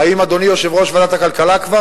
האם אדוני יושב-ראש ועדת הכלכלה כבר?